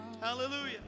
Hallelujah